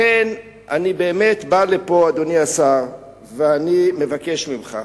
לכן, אני באמת בא לפה, אדוני השר, ואני מבקש ממך.